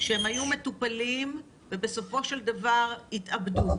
שהם היו מטופלים ובסופו של דבר התאבדו?